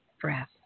breath